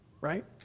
right